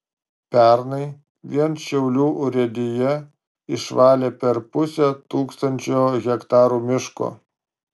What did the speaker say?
pernai vien šiaulių urėdija išvalė per pusę tūkstančio hektarų miško